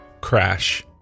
crash